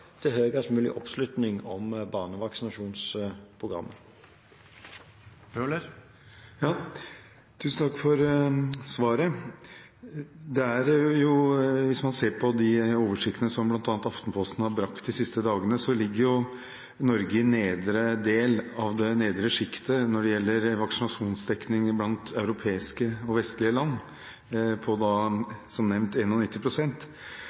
til høyest mulig oppslutning om barnevaksinasjonsprogrammet. Tusen takk for svaret. Hvis man ser på de oversiktene som bl.a. Aftenposten har brakt de siste dagene, ligger Norge i nedre del av det nedre sjiktet når det gjelder vaksinasjonsdekning i europeiske og vestlige land, på 91 pst., som nevnt.